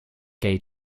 gay